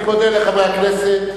אני מודה לחברי הכנסת.